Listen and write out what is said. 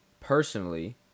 personally